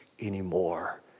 anymore